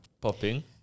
popping